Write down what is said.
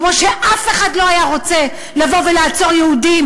כמו שאף אחד לא היה רוצה לבוא ולעצור יהודים